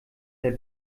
der